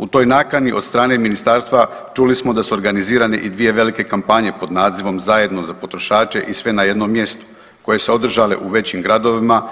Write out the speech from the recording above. U toj nakani od strane ministarstva čuli smo da su organizirane i dvije velike kampanje pod nazivom „Zajedno za potrošače“ i „Sve na jednom mjestu“ koje su se održale u većim gradovima